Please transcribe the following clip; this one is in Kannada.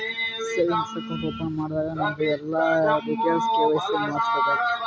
ಸೇವಿಂಗ್ಸ್ ಅಕೌಂಟ್ ಓಪನ್ ಮಾಡಾಗ್ ನಮ್ದು ಎಲ್ಲಾ ಡೀಟೇಲ್ಸ್ ಕೆ.ವೈ.ಸಿ ಮಾಡುಸ್ತಾರ್